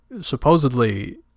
supposedly